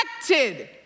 protected